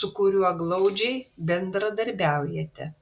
su kuriuo glaudžiai bendradarbiaujate